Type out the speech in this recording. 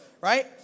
right